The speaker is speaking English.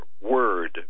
word